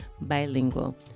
bilingual